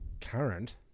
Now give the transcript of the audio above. current